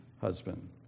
husband